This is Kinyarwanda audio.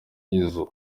izo